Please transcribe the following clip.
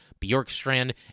Bjorkstrand